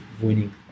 winning